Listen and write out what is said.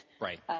Right